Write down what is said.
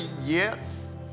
yes